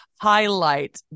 highlight